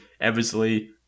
eversley